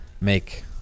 make